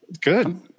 Good